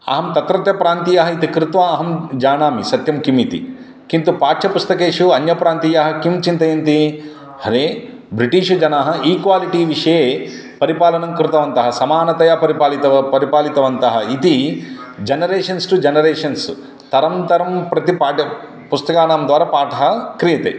अहं तत्रत्यः प्रान्तीयः इति कृत्वा अहं जानामि सत्यं किमिति किन्तु पाठ्यपुस्तकेषु अन्यप्रान्तीयाः किं चिन्तयन्ति अरे ब्रिटिश् जनाः ईक्वालिटि विषये परिपालनं कृतवन्तः समानतया परिपालितवन्तः परिपालितवन्तः इति जनरेशन्स् टु जनरेशन्स् तरं तरं प्रति पाठ्यपुस्तकानांद्वारा पाठः क्रियते